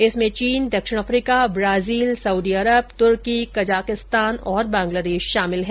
इसमें चीन दक्षिण अफ्रीका ब्राजील सऊदी अरब तुर्की कजाकिस्तान और बंगलादेश शामिल है